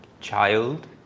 Child